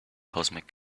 cosmic